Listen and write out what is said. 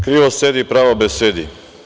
Krivo sedi, pravo besedi.